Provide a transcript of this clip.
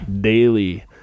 Daily